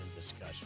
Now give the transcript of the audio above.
discussion